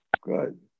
Good